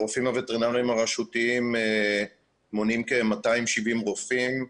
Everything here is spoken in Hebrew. הרופאים הווטרינריים הרשותיים מונים כ-270 רופאים.